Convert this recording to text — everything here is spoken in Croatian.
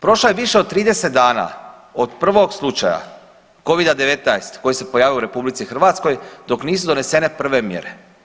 Prošlo je više od 30 dana od prvog slučaja covida-19 koji se pojavio u RH dok nisu donesene prve mjere.